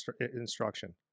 instruction